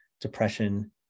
depression